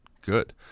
good